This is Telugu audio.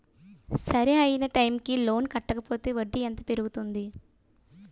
సరి అయినా టైం కి లోన్ కట్టకపోతే వడ్డీ ఎంత పెరుగుతుంది?